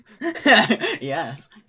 Yes